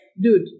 dude